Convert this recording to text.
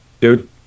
dude